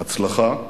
הצלחה,